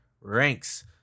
ranks